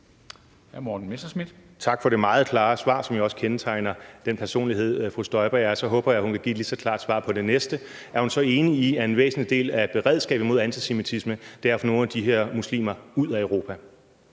Tak for det meget klare svar, som jo også kendetegner den personlighed, fru Inger Støjberg er. Så håber jeg, at hun vil give lige så klart svar på det næste: Er hun så enig i, at en væsentlig del af beredskabet mod antisemitisme er at få nogle af de her muslimer ud af Europa?